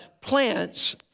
plants